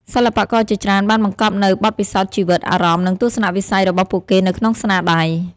សិល្បករជាច្រើនបានបង្កប់នូវបទពិសោធន៍ជីវិត អារម្មណ៍ និងទស្សនៈវិស័យរបស់ពួកគេនៅក្នុងស្នាដៃ។